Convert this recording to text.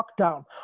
lockdown